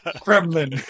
kremlin